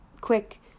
quick